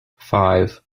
five